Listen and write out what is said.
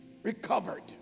recovered